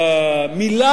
מרשים.